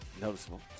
Noticeable